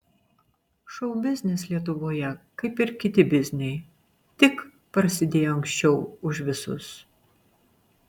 šou biznis lietuvoje kaip ir kiti bizniai tik prasidėjo anksčiau už visus